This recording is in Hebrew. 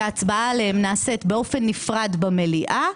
ושההצבעה עליהם נעשית באופן נפרד במליאה,